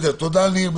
תודה, ניר.